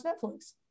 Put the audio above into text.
Netflix